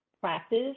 Practice